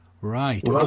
right